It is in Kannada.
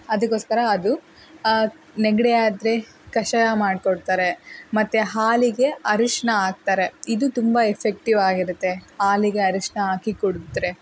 ಅದಕ್ಕೋಸ್ಕರ ಅದು ನೆಗಡಿ ಆದರೆ ಕಷಾಯ ಮಾಡಿಕೊಡ್ತಾರೆ ಮತ್ತು ಹಾಲಿಗೆ ಅರಿಶ್ನ ಹಾಕ್ತಾರೆ ಇದು ತುಂಬ ಎಫ್ಫೆಕ್ಟಿವ್ ಆಗಿರುತ್ತೆ ಹಾಲಿಗೆ ಅರಿಶ್ನ ಹಾಕಿ ಕುಡಿದ್ರೆ